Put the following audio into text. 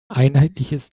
einheitliches